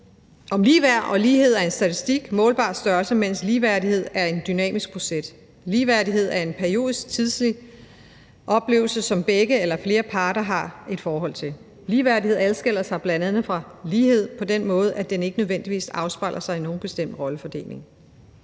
the talk. Lighed er en statistik og en målbar størrelse, mens ligeværdighed er en dynamisk proces. Ligeværdighed er en periodisk tidslig oplevelse, som begge eller flere parter har et forhold til. Ligeværdighed adskiller sig bl.a. fra lighed på den måde, at den ikke nødvendigvis afspejler sig i nogen bestemt rollefordeling.